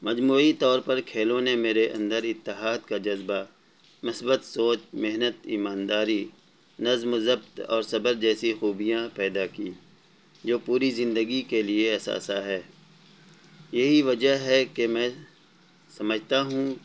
مجموعی طور پر کھیلوں نے میرے اندر اتحاد کا جذبہ مثبت سوچ محنت ایمانداری نظم و ضبط اور صبر جیسی خوبیاں پیدا کیں جو پوری زندگی کے لیے اثاثہ ہے یہی وجہ ہے کہ میں سمجھتا ہوں